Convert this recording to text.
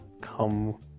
come